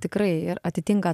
tikrai ir atitinka